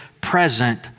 present